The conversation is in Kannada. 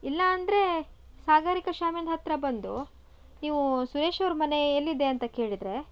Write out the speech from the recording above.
ಇಲ್ಲಾಂದರೆ ಸಾಗರಿಕ ಶ್ಯಾಮ್ಯಾನ್ದ ಹತ್ತಿರ ಬಂದು ನೀವು ಸುರೇಶ ಅವ್ರ ಮನೆ ಎಲ್ಲಿದೆ ಅಂತ ಕೇಳಿದರೆ